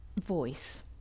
voice